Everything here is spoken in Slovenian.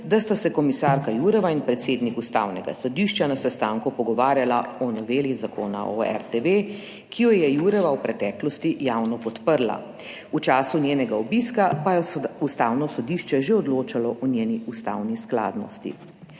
da sta se komisarka Jourevá in predsednik Ustavnega sodišča na sestanku pogovarjala o noveli zakona o RTV, ki jo je Jourevá v preteklosti javno podprla. V času njenega obiska pa je Ustavno sodišče že odločalo o njeni ustavni skladnosti.